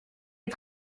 les